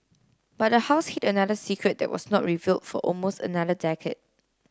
but the house hid another secret that was not reveal for almost another decade